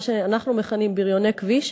מה שאנחנו מכנים בריוני כביש,